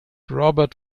robert